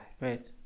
right